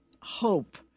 hope